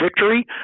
victory